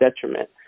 detriment